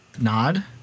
nod